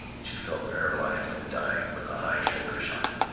she fell paralyzed and dying with a high shoulder shot.